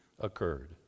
occurred